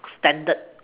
standard